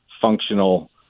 functional